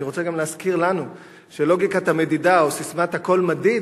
אני רוצה גם להזכיר לנו שלוגיקת המדידה או ססמת "הכול מדיד"